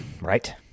right